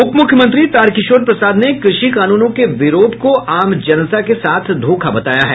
उप मुख्यमंत्री तारकिशोर प्रसाद ने कृषि कानूनों के विरोध को आम जनता के साथ धोखा बताया है